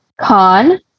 con